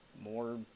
more